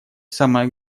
самое